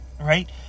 Right